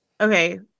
Okay